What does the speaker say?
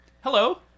Hello